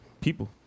People